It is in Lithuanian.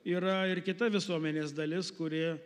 yra ir kita visuomenės dalis kuri